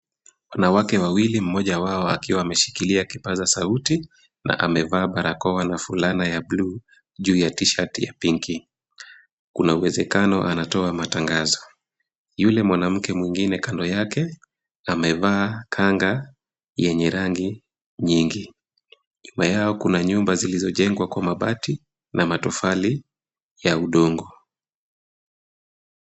Wanawake wawili mmoja wao akiwa ameshikilia kipaza sauti na amevaa barakoa na fulana ya bluu juu ya tishati ya pinki kuna uwezekano anatoa matangazo. Yule mwanamke mwingine kando yake amevaa kanga yenye rangi nyingi. Nyuma yao kuna nyumba zilizojengwa kwa mabati na matofali ya udongo.